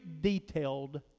detailed